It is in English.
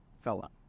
fella